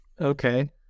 Okay